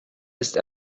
ist